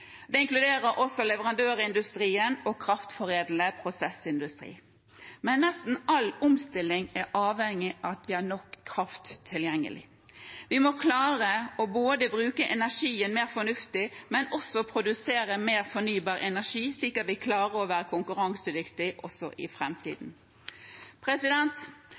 Det inkluderer også leverandørindustrien og kraftforedlende prosessindustri. Men nesten all omstilling er avhengig av at vi har nok kraft tilgjengelig. Vi må klare å bruke energien mer fornuftig, men også produsere mer fornybar energi, slik at vi klarer å være konkurransedyktig også i